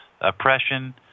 oppression